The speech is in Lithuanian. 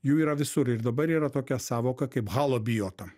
jų yra visur ir dabar yra tokia sąvoka kaip halobiota